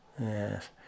yes